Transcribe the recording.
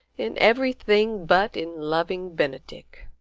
in everything but in loving benedick.